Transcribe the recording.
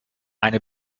eine